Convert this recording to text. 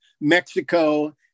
Mexico